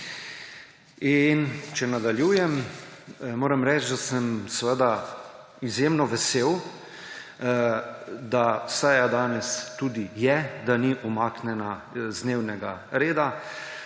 to. Če nadaljujem. Moram reči, da sem izjemno vesel, da seja danes tudi je, da ni umaknjena z dnevnega reda,